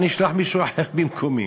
אני אשלח מישהו אחר במקומי,